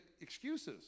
excuses